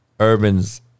urban's